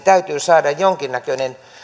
täytyy saada jonkinnäköinen